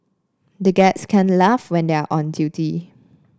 the gets can't laugh when they are on duty